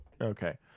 okay